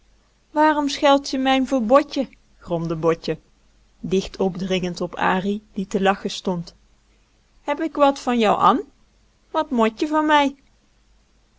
waarom scheld je mijn voor botje gromde botje dicht opdringend op ari die te lachen stond heb ik wat van jou an wat mot je van mijn